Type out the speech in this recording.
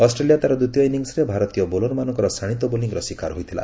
Australia ତା'ର ଦ୍ୱିତୀୟ ଇନିଂସ୍ରେ ଭାରତୀୟ ବୋଲର ମାନଙ୍କର ଶାଣିତ ବୋଲିଂର ଶିକାର ହୋଇଥିଲା